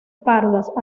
pardas